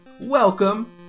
welcome